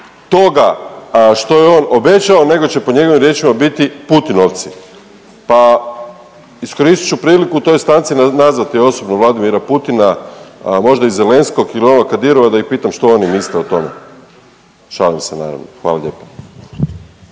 toga što je on obećao, nego će po njegovim riječima biti putinovci. Pa iskoristit ću priliku i u toj stanci nazvati osobom Vladimira Putina, možda i Zelenskog ili onog Kadirova da ih pitam što oni misle o tome. Šalim se, naravno. Hvala lijepo.